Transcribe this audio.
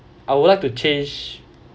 I would like to change